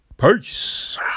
Peace